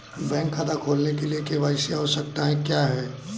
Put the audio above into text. Bank खाता खोलने के लिए के.वाई.सी आवश्यकताएं क्या हैं?